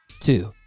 two